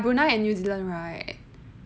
brunei and new zealand right